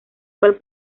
cual